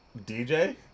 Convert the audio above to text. DJ